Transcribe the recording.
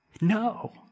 No